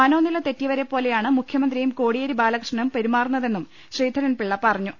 മനോനില തെറ്റിയവരെപ്പോലെയാണ് മുഖ്യമന്ത്രിയും കോടിയേരി ബാലകൃഷ്ണനും പെരുമാറുന്നതെന്നും ശ്രീധരൻപിള്ള പറഞ്ഞു